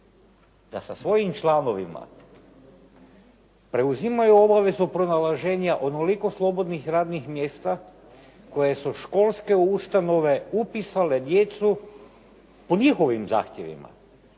da sa svojim članovima preuzimaju obavezu pronalaženja onoliko slobodnih radnih mjesta koje su školske ustanove upisale djecu po njihovim zahtjevima.